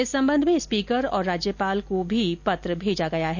इस संबंध में स्पीकर और राज्यपाल को भी पत्र भेजा गया है